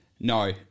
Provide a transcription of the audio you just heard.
No